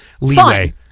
leeway